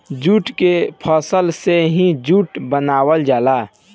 jute के फसल से ही जूट बनावल जाला